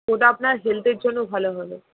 ওটা আপনার হেলথের জন্য ভালো হবে